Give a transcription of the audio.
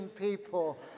people